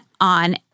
on